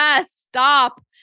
stop